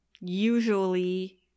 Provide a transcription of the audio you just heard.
usually